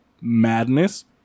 madness